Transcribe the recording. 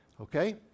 Okay